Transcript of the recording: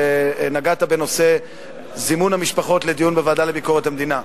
נגעת בנושא זימון המשפחות לדיון בוועדה לביקורת המדינה.